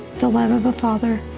the love of a father.